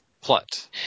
Plot